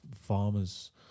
farmers